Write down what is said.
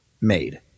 made